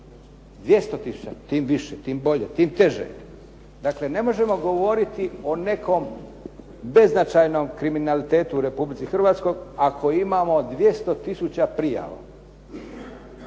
200 tisuća. Tim više, tim bolje, tim teže. Dakle, ne možemo govoriti o nekom beznačajnom kriminalitetu u Republici Hrvatskoj ako imamo 200 tisuća prijava.